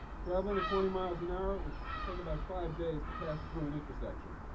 traveling at twenty miles an hour, it would take about five days to pass through an intersection.